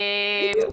בדיוק.